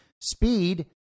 speed